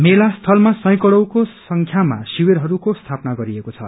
मेला स्थलमा सैकडौंको संख्यामा शिविरहरूको स्थापना गरिएको छ